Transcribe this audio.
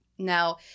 Now